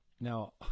now